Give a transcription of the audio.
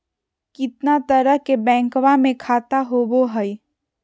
कितना तरह के बैंकवा में खाता होव हई?